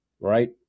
right